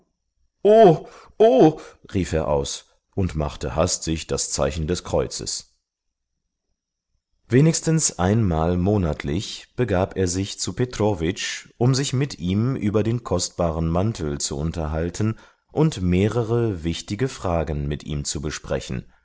rief er aus und machte hastig das zeichen des kreuzes wenigstens einmal monatlich begab er sich zu petrowitsch um sich mit ihm über den kostbaren mantel zu unterhalten und mehrere wichtige fragen mit ihm zu besprechen